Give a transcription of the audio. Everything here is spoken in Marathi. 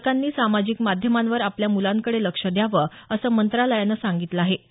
पालकांनी सामाजिक माध्यमांवर आपल्या मुलांकडे लक्ष द्यावं असं मंत्रालयानं सांगितलं आहे